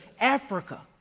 Africa